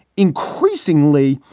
increasingly,